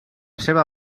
seva